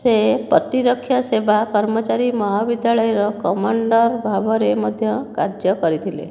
ସେ ପ୍ରତିରକ୍ଷା ସେବା କର୍ମଚାରୀ ମହାବିଦ୍ୟାଳୟର କମାଣ୍ଡର୍ ଭାବରେ ମଧ୍ୟ କାର୍ଯ୍ୟ କରିଥିଲେ